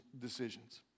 decisions